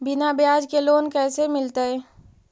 बिना ब्याज के लोन कैसे मिलतै?